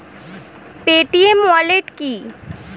Paytm wallet কি?